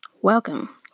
welcome